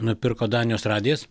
nupirko danijos radijas